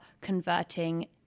converting